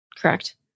correct